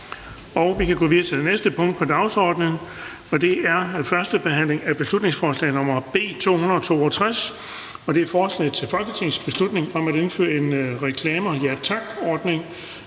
vedtaget. --- Det næste punkt på dagsordenen er: 18) 1. behandling af beslutningsforslag nr. B 262: Forslag til folketingsbeslutning om at indføre en reklamer ja tak-ordning.